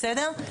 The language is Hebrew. בסדר?